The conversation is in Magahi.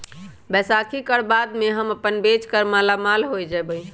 बैसाखी कर बाद हम अपन बेच कर मालामाल हो जयबई